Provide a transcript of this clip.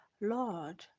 Lord